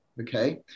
okay